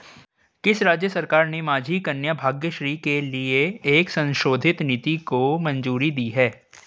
किस राज्य सरकार ने माझी कन्या भाग्यश्री के लिए एक संशोधित नीति को मंजूरी दी है?